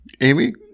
Amy